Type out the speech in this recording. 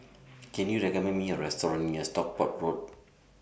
Can YOU recommend Me A Restaurant near Stockport Road